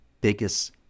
biggest